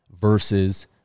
versus